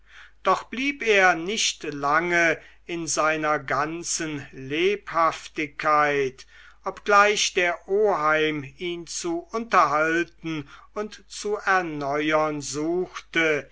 doch blieb er nicht lange in seiner ganzen lebhaftigkeit obgleich der oheim ihn zu unterhalten und zu erneuern suchte